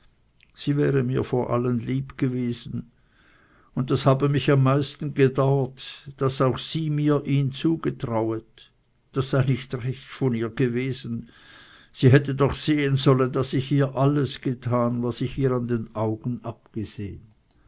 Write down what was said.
sie wäre mir vor allen lieb gewesen und das habe mich am meisten gedauert daß auch sie mir ihn zugetrauet das sei nicht recht von ihr gewesen sie hätte doch sehen sollen daß ich ihr alles getan was ich ihr an den augen abgesehen